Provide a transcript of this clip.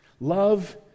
Love